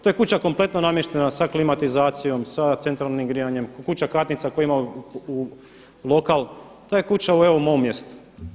To je kuća kompletno namještena sa klimatizacijom, sa centralnim grijanjem, kuća katnica koja ima lokal, ta je kuća evo u mom mjestu.